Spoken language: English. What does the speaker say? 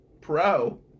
Pro